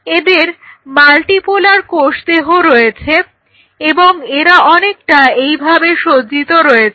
এদের মাল্টিপোলার কোষদেহ রয়েছে এবং এরা অনেকটা এইভাবে সজ্জিত রয়েছে